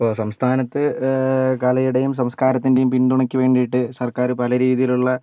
അപ്പോൾ സംസ്ഥാനത്ത് കലയുടെയും സംസ്കാരത്തിൻ്റെയും പിന്തുണയ്ക്കു വേണ്ടിയിട്ട് സർക്കാർ പലരീതിയിലുള്ള